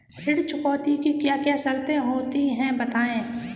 ऋण चुकौती की क्या क्या शर्तें होती हैं बताएँ?